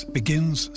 begins